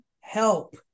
help